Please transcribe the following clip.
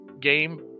game